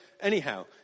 anyhow